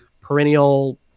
perennial